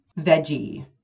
veggie